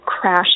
crash